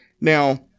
Now